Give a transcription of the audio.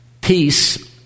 Peace